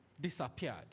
disappeared